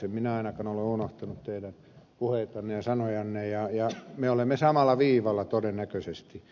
en minä ainakaan ole unohtanut teidän puheitanne ja sanojanne ja me olemme samalla viivalla todennäköisesti